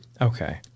Okay